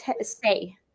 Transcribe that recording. say